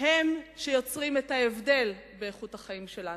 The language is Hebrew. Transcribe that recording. הם שיוצרים את ההבדל באיכות החיים שלנו.